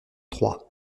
trois